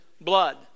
blood